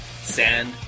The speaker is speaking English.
Sand